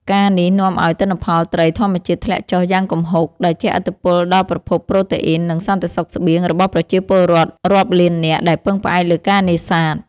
ការណ៍នេះនាំឱ្យទិន្នផលត្រីធម្មជាតិធ្លាក់ចុះយ៉ាងគំហុក ដែលជះឥទ្ធិពលដល់ប្រភពប្រូតេអ៊ីន និងសន្តិសុខស្បៀងរបស់ប្រជាពលរដ្ឋរាប់លាននាក់ដែលពឹងផ្អែកលើការនេសាទ។